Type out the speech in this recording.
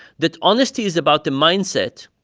that honesty is about the mindset,